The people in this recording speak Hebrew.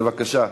בבקשה.